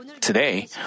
today